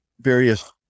various